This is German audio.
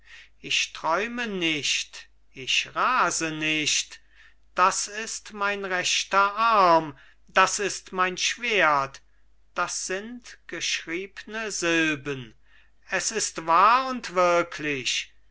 ich träume nicht ich rase nicht das ist mein rechter arm das ist mein schwert das sind geschriebne silben es ist wahr und wirklich